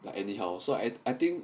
but anyhow so as I think